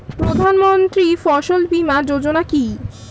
প্রধানমন্ত্রী ফসল বীমা যোজনা কি?